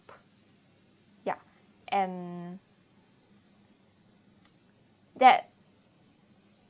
ya and that